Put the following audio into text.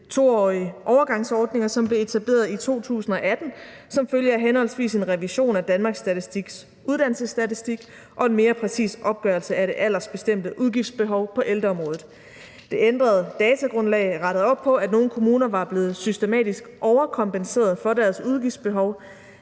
2-årige overgangsordninger, som blev etableret i 2018, som følge af henholdsvis en revision af Danmarks Statistiks uddannelsesstatistik og en mere præcis opgørelse af det aldersbestemte udgiftsbehov på ældreområdet. Det ændrede datagrundlag rettede op på, at nogle kommuner var blevet systematisk overkompenseret for deres udgiftsbehov.